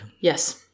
Yes